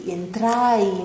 entrai